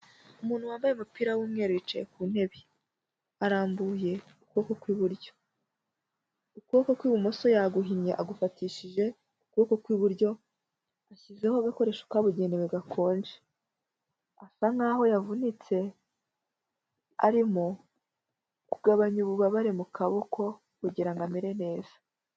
Umuntu wambaye umupira w'umweru wicaye ku ntebe. Arambuye ukuboko kw'iburyo. Ukuboko kw'ibumoso yaguhinnye, agufatishije ukuboko kw'iburyo, ashyizeho agakoresho kabugenewe gakonje. Asa nk'aho yavunitse, arimo kugabanya ububabare mu kaboko, kugira ngo amere neza.